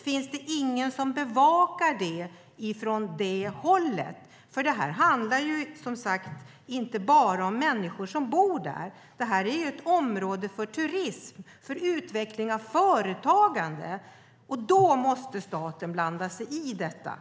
Finns det ingen som bevakar detta från det hållet? Det handlar som sagt inte bara om människor som bor i området. Detta är ett område för turism och för utveckling av företagande. Då måste staten blanda sig i detta.